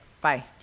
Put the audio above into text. Bye